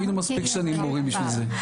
היינו מספיק שנים מורים בשביל זה.